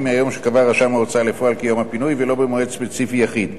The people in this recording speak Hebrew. מהיום שקבע רשם ההוצאה לפועל כיום הפינוי ולא במועד ספציפי יחיד,